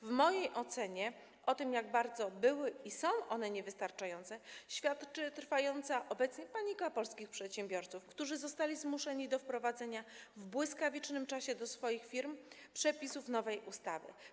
W mojej ocenie o tym, jak bardzo one były i są niewystarczające, świadczy obecna panika polskich przedsiębiorców, którzy zostali zmuszeni do wprowadzenia w błyskawicznym czasie do swoich firm przepisów nowej ustawy.